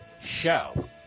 show